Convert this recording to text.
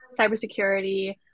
cybersecurity